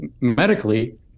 medically